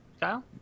Kyle